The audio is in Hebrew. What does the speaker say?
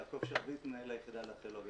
יעקב שרביט, מנהל היחידה לארכאולוגיה ימית.